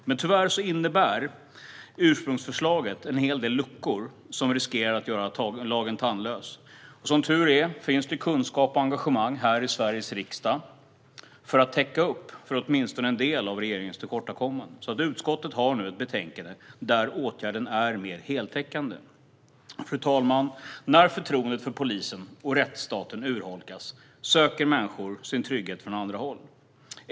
Men tyvärr innebär ursprungsförslaget en hel del luckor som riskerar att göra lagen tandlös. Som tur är finns det kunskap och engagemang här i Sveriges riksdag för att täcka upp för åtminstone en del av regeringens tillkortakommanden. Utskottet har nu ett betänkande där åtgärden är mer heltäckande. Fru talman! När förtroendet för polisen och rättsstaten urholkas söker människor sin trygghet från andra håll.